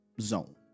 zone